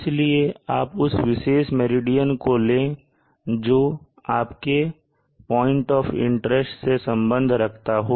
इसलिए आप उस विशेष मेरिडियन को ले जो आपके पॉइंट ऑफ इंटरेस्ट से संबंध रखता हो